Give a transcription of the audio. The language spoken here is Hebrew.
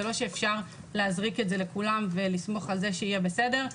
זה לא שאפשר להזריק את זה לכולם ולסמוך על זה שיהיה בסדר,